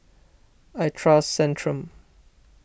I trust Centrum